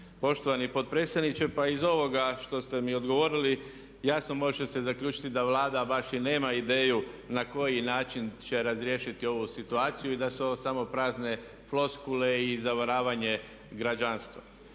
Poštovani potpredsjedniče pa iz ovoga što ste mi odgovorili jasno može se zaključiti da Vlada baš i nema ideju na koji način će razriješiti ovu situaciju i da su ovo samo prazne floskule i zavaravanje građanstva.